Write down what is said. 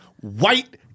white